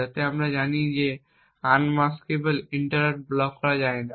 যাতে আমরা জানি আনমাস্কেবল ইন্টারাপ্ট ব্লক করা যায় না